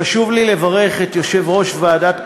חשוב לי לברך את יושב-ראש ועדת הכלכלה,